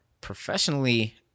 professionally